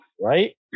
Right